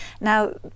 Now